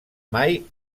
mai